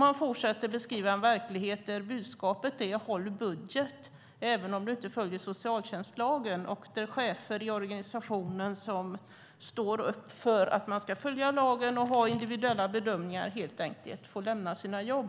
De fortsätter att beskriva en verklighet där budskapet är: Håll budget även om du inte följer socialtjänstlagen! Chefer i organisationen som står upp för att man ska följa lagen och göra individuella bedömningar får helt enkelt lämna sina jobb.